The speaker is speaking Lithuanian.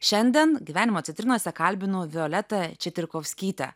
šiandien gyvenimo citrinose kalbinu violetą četyrkovskytę